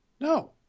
No